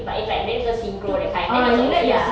but if like many people synchro~ that kind then it's okay ah